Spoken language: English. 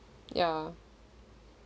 ya